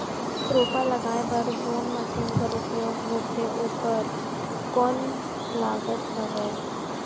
रोपा लगाय बर जोन मशीन कर उपयोग होथे ओकर कौन लागत हवय?